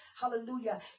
Hallelujah